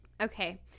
Okay